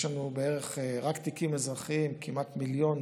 יש לנו רק בתיקים אזרחיים כמעט מיליון